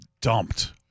dumped